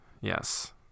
Yes